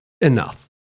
enough